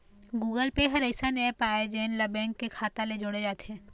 Google Pay ह अइसन app आय जेन ला बेंक के खाता ले जोड़े जाथे